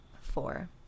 four